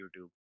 youtube